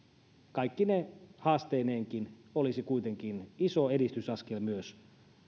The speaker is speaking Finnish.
kaikkine haasteineenkin olisi kuitenkin iso edistysaskel